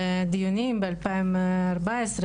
בדיונים ב-2014,